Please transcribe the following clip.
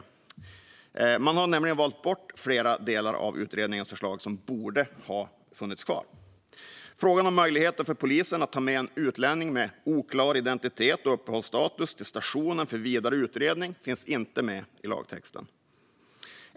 Regeringen har nämligen valt bort flera av utredningens förslag, som borde ha funnits kvar. Frågan om möjligheten för polisen att ta med en utlänning med oklar identitet och uppehållsstatus till stationen för vidare utredning finns inte med i lagtexten.